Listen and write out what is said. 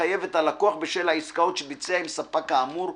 לחייב את הלקוח בשל העסקאות שביצע עם ספק כאמור,